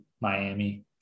Miami